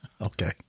Okay